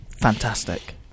fantastic